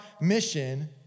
mission